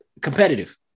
competitive